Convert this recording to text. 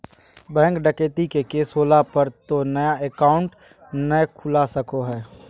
bank डकैती के case होला पर तो नया अकाउंट नय खुला सको हइ